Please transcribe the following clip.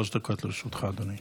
שלוש דקות לרשותך, אדוני.